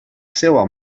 seua